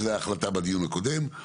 שזו הייתה החלטה בדיון הקודם,